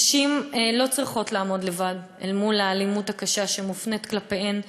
נשים לא צריכות לעמוד לבד אל מול האלימות הקשה שמופנית כלפיהן.